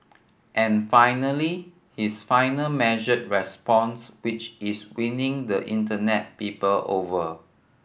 and finally his final measured response which is winning the Internet people over